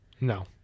no